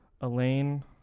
Elaine